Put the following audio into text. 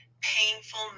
Painful